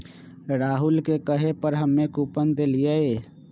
राहुल के कहे पर हम्मे कूपन देलीयी